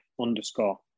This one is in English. underscore